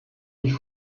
wie